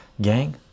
Gang